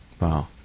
Wow